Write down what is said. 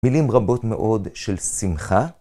מילים רבות מאוד של שמחה.